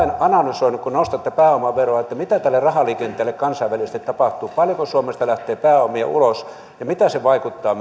analysoineet että kun nostatte pääomaveroa mitä tälle rahaliikenteelle kansainvälisesti tapahtuu paljonko suomesta lähtee pääomia ulos ja miten se vaikuttaa